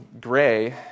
Gray